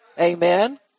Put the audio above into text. Amen